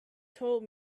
told